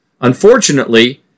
Unfortunately